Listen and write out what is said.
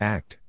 Act